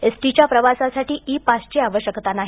एसटीच्या प्रवासासाठी ई पासची आवश्यकता नाही